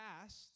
past